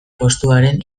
postuaren